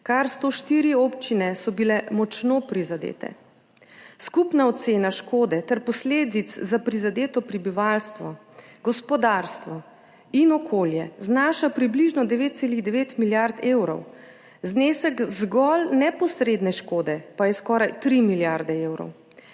kar 104 občine so bile močno prizadete. Skupna ocena škode ter posledic za prizadeto prebivalstvo, gospodarstvo in okolje znaša približno 9,9 milijarde evrov, znesek zgolj neposredne škode pa je skoraj tri milijarde evrov.